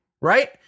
right